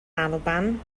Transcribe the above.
alban